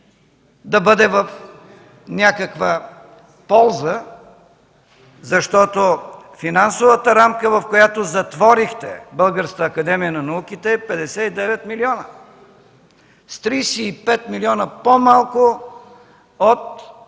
да бъде в някаква полза, защото финансовата рамка, в която затворихте Българската академия на науките – 59 милиона, е с 35 милиона по-малко от